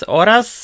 oraz